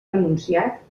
anunciat